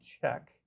check